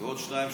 ועוד שניים,